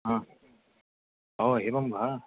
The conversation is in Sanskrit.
हा ओ एवं वा